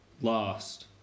lost